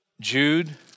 Jude